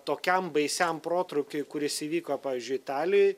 tokiam baisiam protrūkiui kuris įvyko pavyzdžiui italijoj